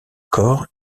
corps